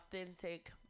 authentic